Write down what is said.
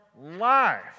life